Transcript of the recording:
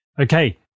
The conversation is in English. Okay